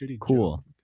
cool